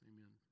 Amen